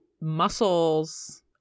muscles